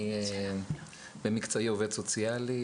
במקצועי אני עובד סוציאלי,